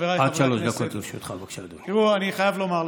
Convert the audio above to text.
חבריי חברי הכנסת, תראו, אני חייב לומר לכם: